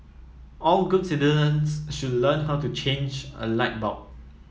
all good citizens should learn how to change a light bulb